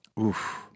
Oof